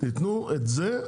תתנו את זה,